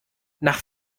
nach